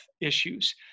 issues